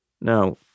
Now